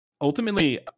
ultimately